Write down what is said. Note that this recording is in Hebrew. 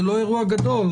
זה לא אירוע גדול,